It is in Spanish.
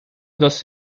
dos